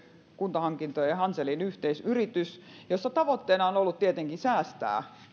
kuntahankintojen ja hanselin yhteisyritys jossa tavoitteena on on ollut tietenkin säästää